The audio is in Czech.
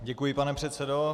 Děkuji, pane předsedo.